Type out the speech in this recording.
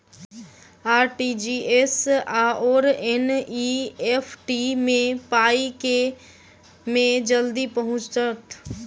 RTGS आओर NEFT मे पाई केँ मे जल्दी पहुँचत?